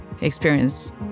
experience